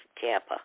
Tampa